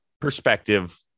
perspective